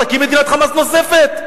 תקים מדינת "חמאס" נוספת.